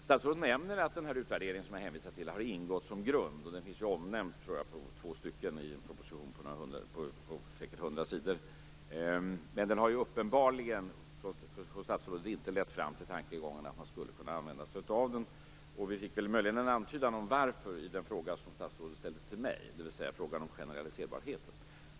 Statsrådet nämner att den utvärdering som jag hänvisar till har ingått som grund, och den finns också omnämnd med ungefär två textstycken, tror jag, i denna proposition på säkert hundra sidor. Men den har uppenbarligen inte hos statsrådet lett fram till tankegången att man skulle kunna använda sig av den. Vi fick väl möjligen en antydan om varför i den fråga som statsrådet ställde till mig, dvs. frågan om generaliserbarheten.